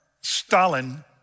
Stalin